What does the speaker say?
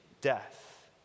death